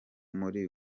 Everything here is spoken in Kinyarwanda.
muri